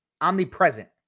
omnipresent